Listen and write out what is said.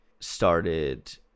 started